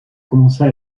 commença